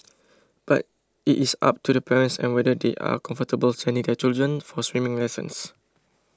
but it is up to the parents and whether they are comfortable sending their children for swimming lessons